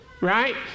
right